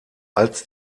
als